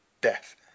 death